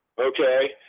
Okay